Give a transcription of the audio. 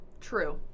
True